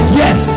yes